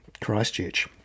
Christchurch